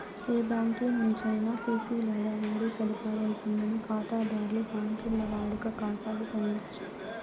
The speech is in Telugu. ఏ బ్యాంకి నుంచైనా సిసి లేదా ఓడీ సదుపాయం పొందని కాతాధర్లు బాంకీల్ల వాడుక కాతాలు పొందచ్చు